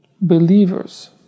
believers